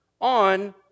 on